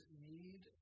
need